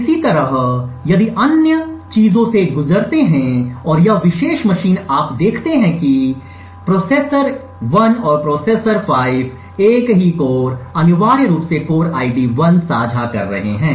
इसी तरह यदि आप अन्य चीजों से गुजरते हैं और यह विशेष मशीन आप देखते हैं कि प्रोसेसर 1 और प्रोसेसर 5 एक ही कोर अनिवार्य रूप से कोर आईडी 1 साझा कर रहे हैं